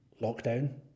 Lockdown